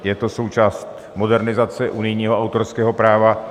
Je to součástí modernizace unijního autorského práva.